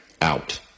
out